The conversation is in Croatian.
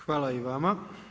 Hvala i vama.